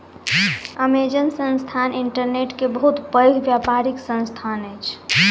Amazon संस्थान internet के बहुत पैघ व्यापारिक संस्थान अछि